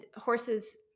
horse's